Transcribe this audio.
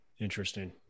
Interesting